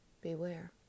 beware